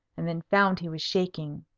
and then found he was shaking.